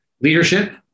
Leadership